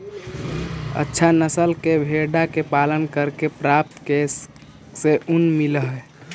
अच्छा नस्ल के भेडा के पालन करके प्राप्त केश से ऊन मिलऽ हई